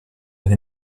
with